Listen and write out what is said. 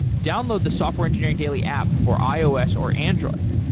download the software engineering daily app for ios or android.